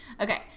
okay